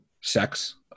Sex